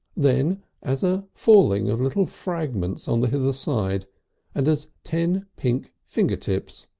then as a falling of little fragments on the hither side and as ten pink finger tips,